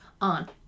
on